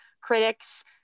critics